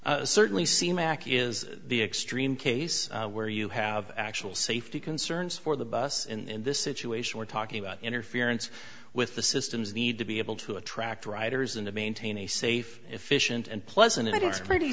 case certainly seen mackie is the extreme case where you have actual safety concerns for the bus in this situation we're talking about interference with the systems need to be able to attract riders and to maintain a safe efficient and pleasant it's pretty